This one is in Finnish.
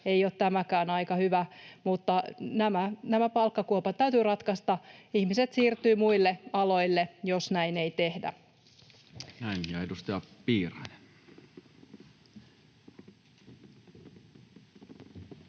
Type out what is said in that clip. ei ole tämäkään aika hyvä, mutta nämä palkkakuopat täytyy ratkaista. Ihmiset siirtyvät muille aloille, jos näin ei tehdä. [Speech 140] Speaker: